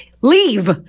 Leave